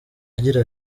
agira